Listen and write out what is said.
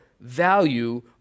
value